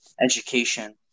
Education